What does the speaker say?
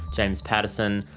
james paterson.